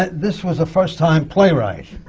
this was a first-time playwright.